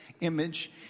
image